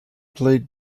played